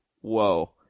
Whoa